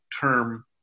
term